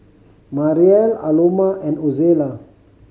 Mariel Aloma and Ozella